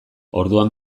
orduan